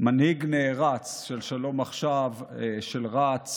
מנהיג נערץ של שלום עכשיו, של רצ,